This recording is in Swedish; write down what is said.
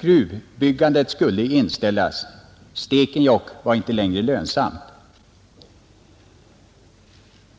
gruvbyggandet skulle inställas, Stekenjokk var inte längre lönsamt.